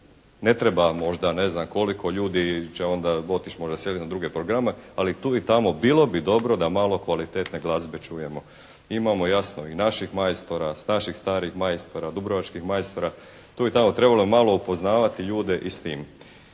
ne treba možda ne znam koliko. Ljudi će onda otići možda seliti na druge programe, ali tu i tamo bilo bi dobro da malo kvalitetne glazbe čujemo. Imamo jasno i naših majstora, naših starih majstora, dubrovačkih majstora. Tu i tamo trebalo je malo upoznavati ljude i s tim.